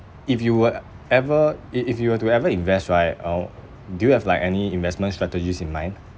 if you were ever i~ if you were to ever invest right uh do you have like any investment strategies in mind